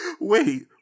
Wait